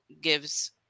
gives